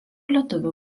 lietuvių